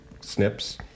snips